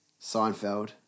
Seinfeld